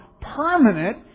permanent